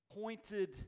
pointed